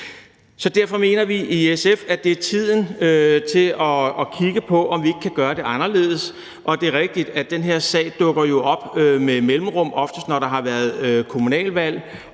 på. Derfor mener vi i SF, at det er tiden til at kigge på, om vi ikke kan gøre det anderledes. Og det er rigtigt, at den her sag jo dukker op med mellemrum, oftest når der har været et kommunalvalg,